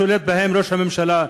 שולט בהם ראש הממשלה,